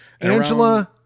Angela